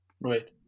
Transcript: Right